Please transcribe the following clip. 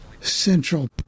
Central